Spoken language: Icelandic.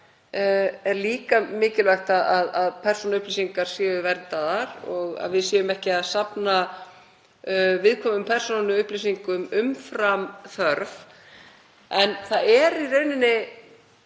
er líka mikilvægt að persónuupplýsingar séu verndaðar og að við séum ekki að safna viðkvæmum persónuupplýsingum umfram þörf. En það er í raun